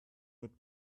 mit